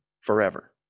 forever